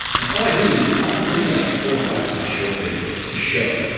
and all i do is. i'll bring like four or five my short videos to show,